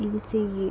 ECE